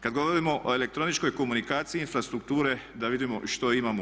Kada govorimo o elektroničkoj komunikaciji infrastrukture da vidimo što imamo u